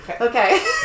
Okay